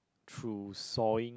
through sawing